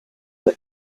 but